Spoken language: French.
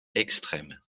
extrêmes